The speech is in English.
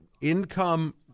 income